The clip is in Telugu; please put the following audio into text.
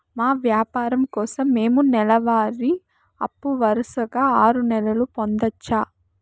మా వ్యాపారం కోసం మేము నెల వారి అప్పు వరుసగా ఆరు నెలలు పొందొచ్చా?